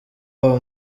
wabo